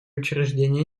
учреждения